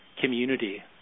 community